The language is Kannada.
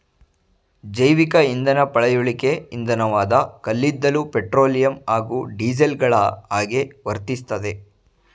ಜೈವಿಕಇಂಧನ ಪಳೆಯುಳಿಕೆ ಇಂಧನವಾದ ಕಲ್ಲಿದ್ದಲು ಪೆಟ್ರೋಲಿಯಂ ಹಾಗೂ ಡೀಸೆಲ್ಗಳಹಾಗೆ ವರ್ತಿಸ್ತದೆ